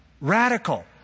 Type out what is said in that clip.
Radical